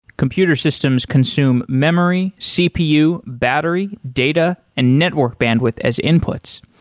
computer systems consume memory, cpu, battery, data and network bandwidth as inputs.